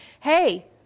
hey